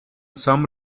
some